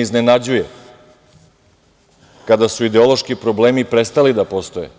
Iznenađuje me kada su ideološki problemi prestali da postoje,